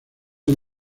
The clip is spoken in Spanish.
han